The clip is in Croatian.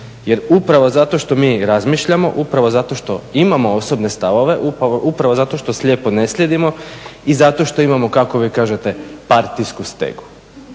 Jer upravo zato što mi razmišljamo, upravo zato što imamo osobne stavove, upravo zato što slijepo ne slijedimo i zato što imamo kako vi kažete partijsku stegu.